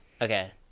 okay